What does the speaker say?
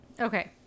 Okay